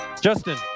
Justin